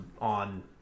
on